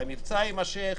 והמבצע יימשך,